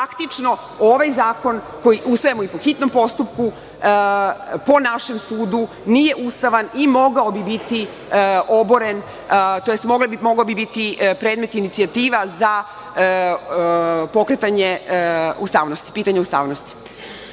praktično ovaj zakon koji usvajamo i po hitnom postupku, po našem sudu, nije ustavan i mogao bi biti oboren, tj. mogao bi biti predmet inicijativa za pokretanje pitanja ustavnosti.